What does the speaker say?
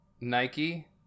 Nike